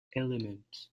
elements